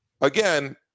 Again